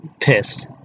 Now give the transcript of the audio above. pissed